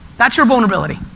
that's your vulnerability.